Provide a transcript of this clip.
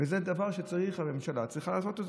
וזה דבר שהממשלה צריכה לעשות.